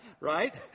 right